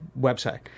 website